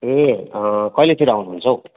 ए अँ कहिलेतिर आउनु हुन्छ हौ